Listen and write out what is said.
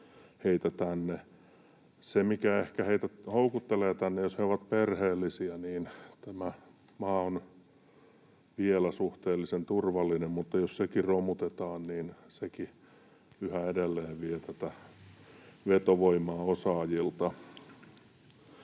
Se, mikä ehkä heitä houkuttelee tänne, jos he ovat perheellisiä, niin tämä maa on vielä suhteellisen turvallinen, mutta jos sekin romutetaan, niin sekin yhä edelleen vie tätä vetovoimaa osaajilta.